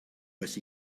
with